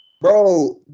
Bro